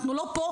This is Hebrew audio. אנחנו לא פה,